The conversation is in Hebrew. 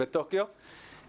בטוקיו,